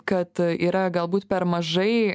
kad yra galbūt per mažai